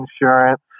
insurance